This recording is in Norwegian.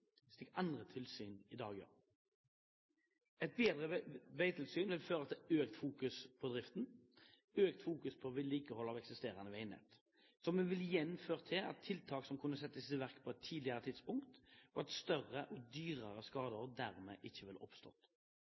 slik andre tilsyn i dag gjør. Et bedre veitilsyn vil føre til økt fokus på drift og økt fokus på vedlikehold av eksisterende veinett, noe som igjen ville ført til at tiltak kunne settes i verk på et tidligere tidspunkt, og at større og dyrere skader dermed ikke ville oppstått.